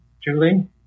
Julie